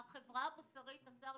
החברה המוסרית - השר,